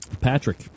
Patrick